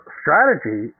strategy